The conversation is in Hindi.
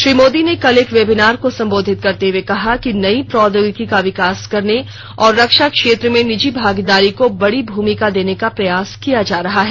श्री मोदी ने कल एक वेबिनार को संबोधित करते हुए कहा कि नई प्रौद्योगिकी का विकास करने और रक्षा क्षेत्र में निजी भागीदारी को बड़ी भूमिका देने के प्रयास किए जा रहे हैं